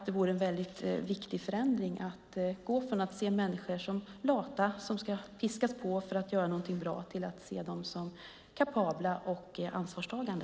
Det vore en väldigt viktig förändring att gå från att se människor som lata som ska piskas på för att göra någonting bra till att se dem som kapabla och ansvarstagande.